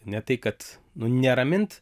ne tai kad nu neramint